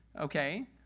Okay